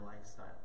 lifestyle